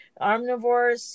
Omnivores